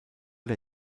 der